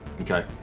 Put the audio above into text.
Okay